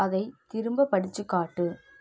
அதை திரும்ப படிச்சுக் காட்டு